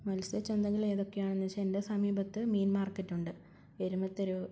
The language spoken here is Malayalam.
മത്സ്യച്ചന്തകൾ ഏതൊക്കെയാണെന്ന് വച്ചാൽ എൻ്റെ സമീപത്ത് മീൻ മാർക്കറ്റുണ്ട് പെരുമത്തൊരു